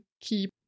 keep